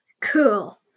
Cool